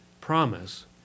promise—